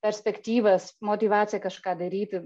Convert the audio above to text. perspektyvas motyvaciją kažką daryti